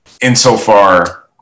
insofar